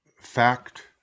fact